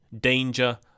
danger